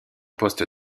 poste